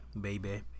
Baby